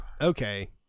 Okay